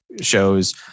shows